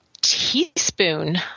teaspoon